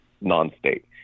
non-state